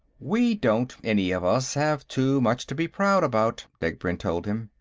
we don't, any of us, have too much to be proud about, degbrend told him.